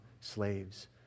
Slaves